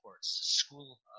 school